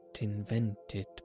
invented